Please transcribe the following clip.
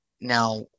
now